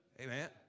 Amen